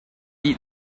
eat